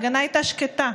ההפגנה הייתה שקטה.